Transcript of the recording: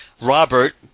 Robert